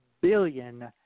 billion